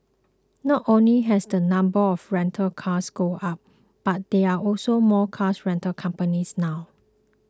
not only has the number of rental cars gone up but there are also more cars rental companies now